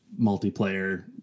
multiplayer